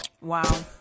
Wow